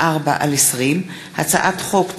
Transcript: פ/2224/20 וכלה בהצעת חוק פ/2254/20,